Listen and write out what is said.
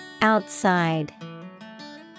Outside